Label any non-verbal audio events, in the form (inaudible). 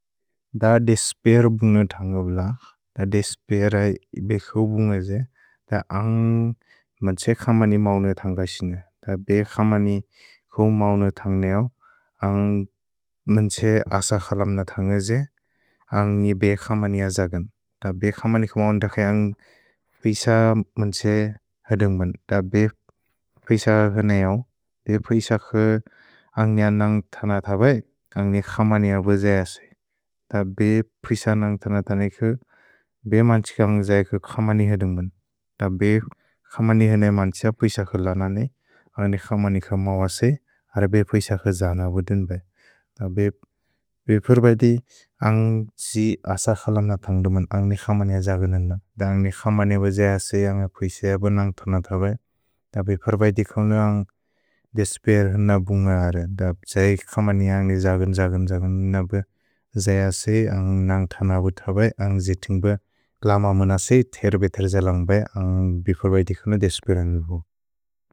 द देस्पेर भुन्ग तन्ग ब्लख्। द देस्पेर इबे ख् भुन्ग जे। द आन्ग् मन्छे खमनि मौनुअ तन्ग क्सिन। द बे खमनि ख् मौनुअ तन्ग नेओ। आन्ग् मन्छे अस क्सलम्न तन्ग जे। आन्ग् इबे खमनि अजगन्। द बे खमनि ख् मौनुअ तन्ग आन्ग् फुइस मुन्छ् (hesitation) क्सदुन्ग्बन्। द बे फुइस (hesitation) क्सनेओ। भे फुइस ख् आन्ग् न्यनन्ग् तनत बे। आन्ग् ने खमनि अव जे असे। द बे फुइस नन्ग् तनत ने क् बे मन्छे खमनि क्सदुन्ग्बन्। द बे खमनि क्सनेओ मन्छ फुइस ख् लनने। आन्ग् ने खमनि ख् मौनुअ से। अर बे फुइस ख् जान अव देन्बे। द बे फुइस ख् मौनुअ तन्ग जे। अर बे फुइस ख् जान अव देन्बे। द बे फुइस ख् मौनुअ तन्ग जे। अर बे फुइस ख् मौनुअ तन्ग रेय् जैसे अन्ग्जि ति बे थेरे खलि मिन्ग् बे बिस्पे।